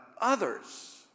others